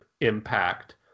impact